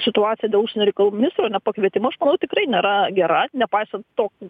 situacija dėl užsienio reikalų ministro ir na pakvietimu aš manau tikrai nėra gera nepaisant to